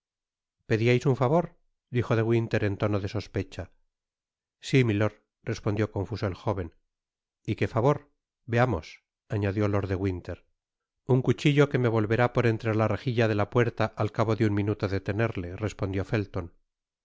estaba solicitando pediais un favor dijo de winter en tono de sospecha si milord respondió confuso el jóven y qué favor veamos añadió lord de winter un cuchillo que me volverá por entre la rejilla de la puerta al cabo de un minuto de tenerle respondió felton con